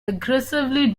aggressively